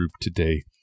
today